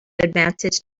advantage